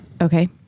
Okay